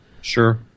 Sure